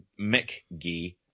McGee